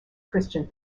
christian